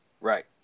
Right